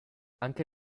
anche